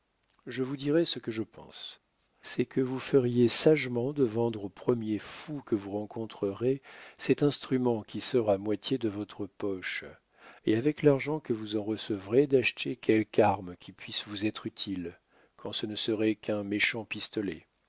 je vous dirai ce que je pense c'est que vous feriez sagement de vendre au premier fou que vous rencontrerez cet instrument qui sort à moitié de votre poche et avec l'argent que vous en recevrez d'acheter quelque arme qui puisse vous être utile quand ce ne serait qu'un méchant pistolet